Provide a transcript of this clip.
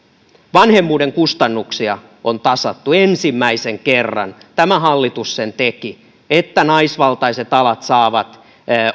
vanhemmuuden kustannuksia on tasattu ensimmäisen kerran tämä hallitus sen teki että naisvaltaiset alat saavat